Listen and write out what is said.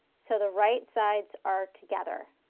so the right sides are together.